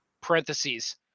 Parentheses